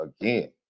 again